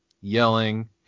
yelling